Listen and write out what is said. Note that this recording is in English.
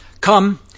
Come